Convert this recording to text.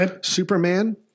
Superman